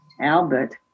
Albert